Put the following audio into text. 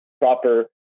proper